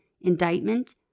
indictment